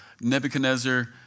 Nebuchadnezzar